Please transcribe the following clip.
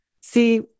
see